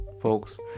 folks